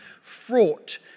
fraught